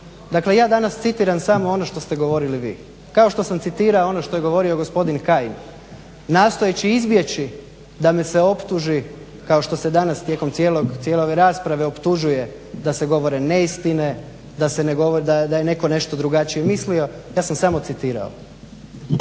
Dakle, ja danas citiram samo ono što ste govorili vi kao što sam citirao ono što je govorio gospodin Kajin nastojeći izbjeći da me se optuži kao što se danas tijekom cijele ove rasprave optužuje da se govore neistine, da se ne govori da je netko nešto drugačije mislio. Ja sam samo citirao.